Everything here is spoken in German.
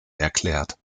erklärt